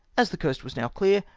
as the coast was now clear,